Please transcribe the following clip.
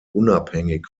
unabhängig